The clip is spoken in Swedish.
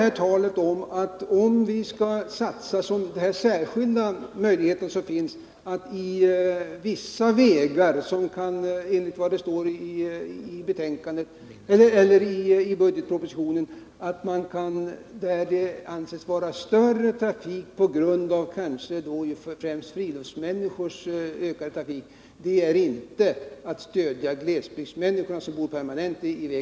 Sedan vill jag bemöta talet om den särskilda möjlighet som finns till stöd genom det anslag i budgetpropositionen som utgår till sådana vägar som anses vara mer trafikerade på grund av den ökade tillströmningen av friluftsmänniskor. Detta är inte att stödja de glesbygdsvägar vid vilka människor bor permanent.